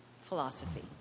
philosophy